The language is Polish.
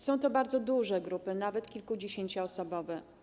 Są to bardzo duże grupy, nawet kilkudziesięcioosobowe.